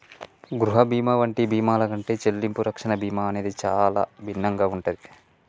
గృహ బీమా వంటి బీమాల కంటే చెల్లింపు రక్షణ బీమా అనేది చానా భిన్నంగా ఉంటాది